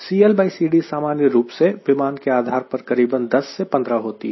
CLCD सामान्य रूप से विमान के आधार पर करीबन 10 से 15 होती है